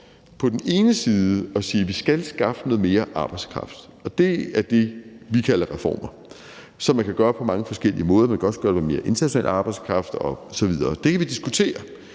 på den ene side skal skaffe mere arbejdskraft, og det er det, vi kalder reformer, som man kan gøre på mange forskellige måder – man kan også gøre det ved mere international arbejdskraft osv.; det kan vi diskutere,